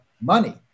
money